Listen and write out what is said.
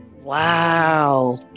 Wow